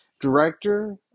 director